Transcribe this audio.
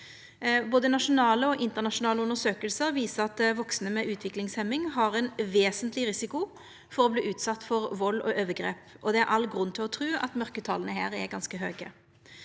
Både nasjonale og internasjonale undersøkingar viser at vaksne med utviklingshemming har ein vesentleg risiko for å verta utsette for vald og overgrep. Det er all grunn til å tru at mørketala her er ganske høge.